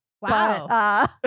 Wow